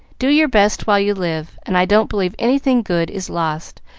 do your best while you live, and i don't believe anything good is lost,